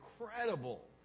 incredible